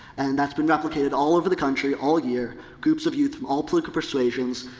and that's been replicated all over the country all year groups of youth from all political persuasions,